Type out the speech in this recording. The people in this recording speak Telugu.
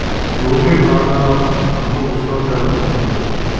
హ్యుమిడ్ వాతావరణం ఎంత ఉష్ణోగ్రత ఉంటుంది?